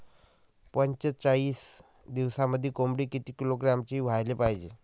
पंचेचाळीस दिवसामंदी कोंबडी किती किलोग्रॅमची व्हायले पाहीजे?